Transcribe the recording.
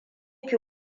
ki